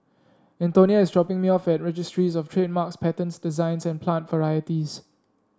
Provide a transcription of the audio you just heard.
Antonia is dropping me off at Registries Of Trademarks Patents Designs and Plant Varieties